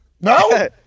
No